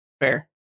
Fair